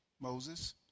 Moses